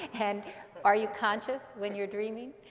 and are you conscious when you're dreaming?